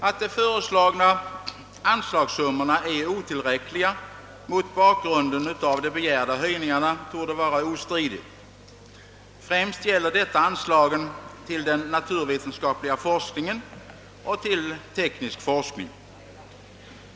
Att de föreslagna anslagssummorna mot bakgrund av de begärda höjningarna är otillräckliga torde vara ostridigt. Främst gäller detta anslagen till den naturvetenskapliga forskningen och till teknisk forskning.